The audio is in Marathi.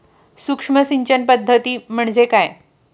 सूक्ष्म सिंचन पद्धती म्हणजे काय?